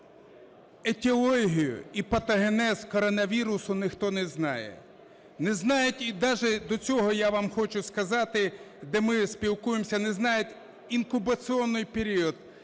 етіологію і патогенез коронавірусу ніхто не знає. Не знають, і даже до цього я вам хочу сказати, де ми спілкуємося, не знають інкубаційний період